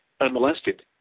unmolested